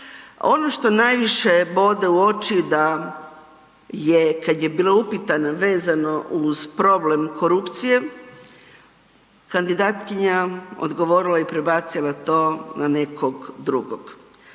Ono što najviše bode u oči da je kad je bila upitana vezano uz problem korupcije, kandidatkinja odgovorila i prebacila to na nekog drugog